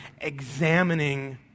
examining